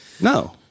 No